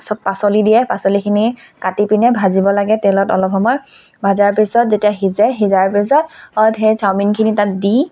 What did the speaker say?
চব পাচলি দিয়ে পাচলিখিনি কাটি পিনে ভাজিব লাগে তেলত অলপ সময় ভাজাৰ পিছত যেতিয়া সিজে সিজাৰ পিছত সেই চাওমিনখিনি তাত দি